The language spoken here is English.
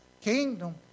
kingdom